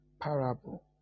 parable